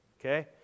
okay